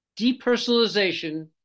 depersonalization